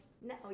No